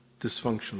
dysfunctional